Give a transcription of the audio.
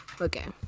Okay